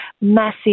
Massive